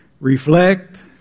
reflect